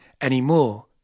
anymore